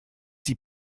die